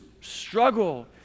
struggle